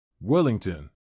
Wellington